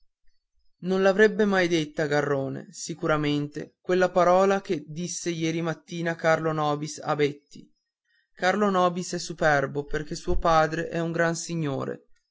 non l'avrebbe mai detta garrone sicuramente quella parola che disse ieri mattina carlo nobis a betti carlo nobis è superbo perché suo padre è un gran signore